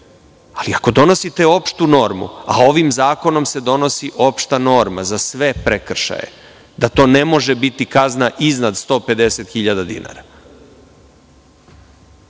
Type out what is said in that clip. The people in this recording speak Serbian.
ali, ako donosite opštu normu, a ovim zakonom se donosi opšta norma za sve prekršaje, da to ne može biti kazna iznad 150 hiljada